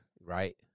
right